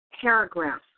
paragraph